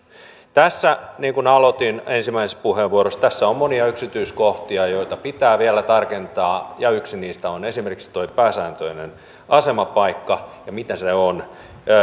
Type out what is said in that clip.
tässä niin kuin aloitin ensimmäisessä puheenvuorossani on monia yksityiskohtia joita pitää vielä tarkentaa ja yksi niistä on esimerkiksi tuo pääsääntöinen asemapaikka ja mitä se on